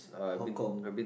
Hong Kong